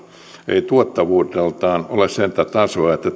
ei tuottavuudeltaan ole sitä tasoa että